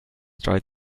tried